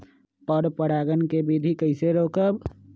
पर परागण केबिधी कईसे रोकब?